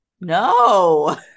no